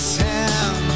town